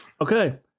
Okay